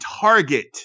target